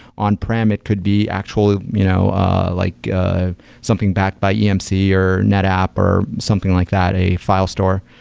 on-prem it could be actually you know ah like ah something backed by emc or netapp or something like that, a file store.